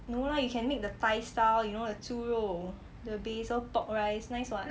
no lah you can make the thai style you know the 猪肉 the basil pork rice nice what